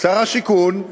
שר השיכון,